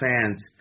fans